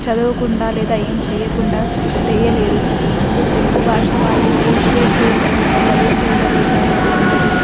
చదవకుండా లేదా ఏం చేయకుండా చేయలేరు తో తెలుగు భాష వాళ్ళు ఇదే చేయగలుగుతారు అదే చేయగలుగుతారు అని ఉండదు